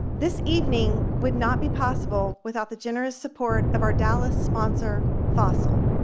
this evening would not be possible without the generous support of our dallas sponsor fossil.